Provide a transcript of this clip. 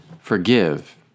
forgive